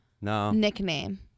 nickname